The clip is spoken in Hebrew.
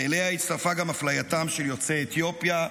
ואליה הצטרפה גם אפלייתם של יוצאי אתיופיה,